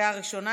בקריאה ראשונה.